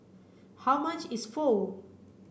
how much is Pho